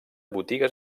botigues